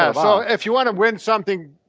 um so if you wanna win something,